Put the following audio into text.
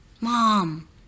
Mom